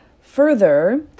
Further